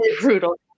brutal